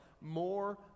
more